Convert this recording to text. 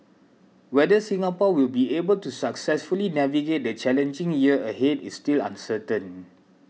whether Singapore will be able to successfully navigate the challenging year ahead is still uncertain